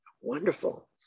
Wonderful